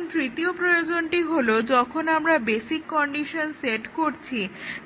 এখন তৃতীয় প্রয়োজনটি হলো যখন আমরা বেসিক কন্ডিশন সেট করছি